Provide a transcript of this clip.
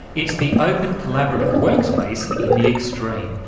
it's the open collaborative workspace in the extreme.